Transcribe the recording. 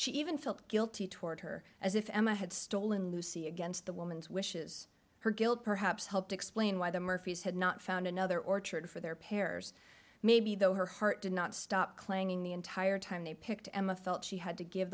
she even felt guilty toward her as if emma had stolen lucy against the woman's wishes her guilt perhaps helped explain why the murphys had not found another orchard for their pears maybe though her heart did not stop claiming the entire time they picked emma felt she had to give